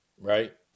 right